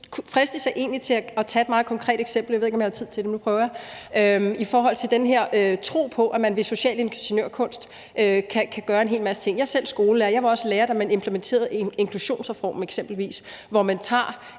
fristes jeg egentlig til at komme med et meget konkret eksempel – jeg ved ikke, om jeg har tid til det, men nu prøver jeg – i forhold til den her tro på, at man ved social ingeniørkunst kan gøre en hel masse ting. Jeg er selv skolelærer, og jeg var også lærer, da man eksempelvis implementerede inklusionsreformen, hvor man tog